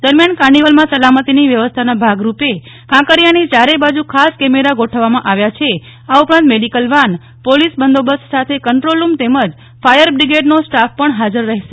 દરમ્યાન કાર્નિવલમાં સલામતીની વ્યવસ્થાના ભાગરુપે કાંકરિયાની ચારેય બાજુ ખાસ કેમેરા ગોઠવવામાં આવ્યા છે આ ઉપરાંત મેડીકલ વાનપોલીસ બંદોબસ્ત સાથે કંટ્રોલ રુમ તેમજ ફાયર બ્રિગેડનો સ્ટાફ પણ હાજર રહેશે